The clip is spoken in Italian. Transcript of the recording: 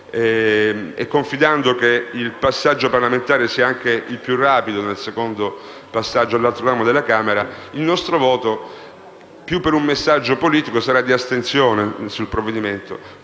e confidando anche che il passaggio parlamentare sia anche più rapido nell'altro ramo del Parlamento, il nostro voto, più per un messaggio politico, sarà di astensione sul provvedimento.